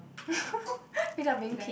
without being paid